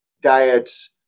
diets